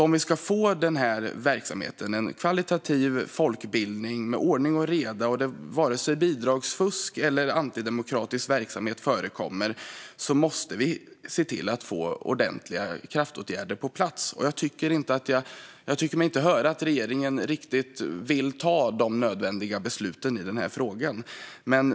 Om vi ska få en högkvalitativ folkbildning med ordning och reda, där varken bidragsfusk eller antidemokratisk verksamhet förekommer, måste vi därför se till att få ordentliga kraftåtgärder på plats. Jag tycker mig inte höra att regeringen riktigt vill fatta de nödvändiga besluten i frågan.